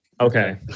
Okay